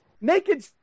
Naked